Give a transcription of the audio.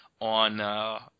on –